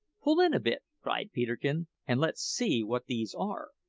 pull in a bit, cried peterkin, and let's see what these are.